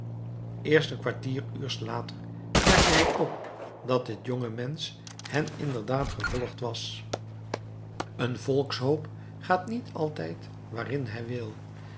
eerst een kwartieruurs later merkte hij op dat het jonge mensch hen inderdaad gevolgd was een volkshoop gaat niet altijd waarheen hij wil